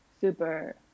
super